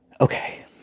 Okay